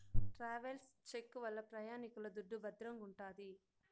travels cheque వల్ల ప్రయాణికుల దుడ్డు భద్రంగుంటాది